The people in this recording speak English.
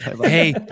Hey